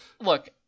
look